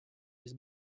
his